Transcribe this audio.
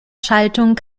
schaltung